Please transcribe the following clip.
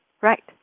right